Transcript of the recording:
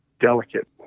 delicate